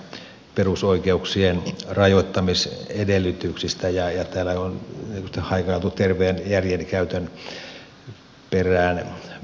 se on siis yksi näistä perusoikeuksien rajoittamisedellytyksistä ja täällä on haikailtu terveen järjen käytön perään